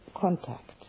contact